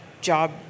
job